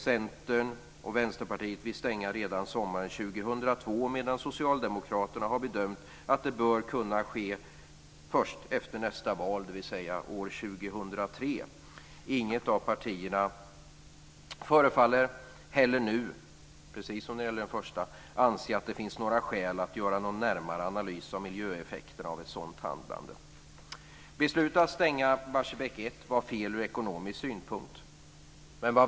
Centern och Vänsterpartiet vill stänga redan sommaren 2002, medan Socialdemokraterna har bedömt att det bör kunna ske först efter nästa val, dvs. år 2003. Inget av partierna förefaller heller nu, precis som när det gällde den första reaktorn, anse att det finns några skäl att göra någon närmare analys av miljöeffekterna av ett sådant handlande. Beslutet att stänga Barsebäck 1 var fel ur ekonomisk synpunkt.